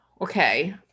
okay